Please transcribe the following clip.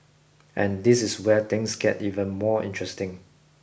and this is where things get even more interesting